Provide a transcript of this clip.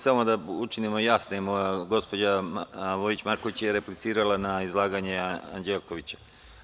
Samo da učinimo jasnim, gospođa Vojić Marković je replicirala na izlaganje Anđelkovića.